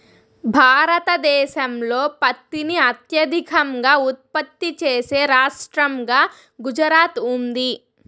భారతదేశంలో పత్తిని అత్యధికంగా ఉత్పత్తి చేసే రాష్టంగా గుజరాత్ ఉంది